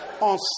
on